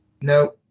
no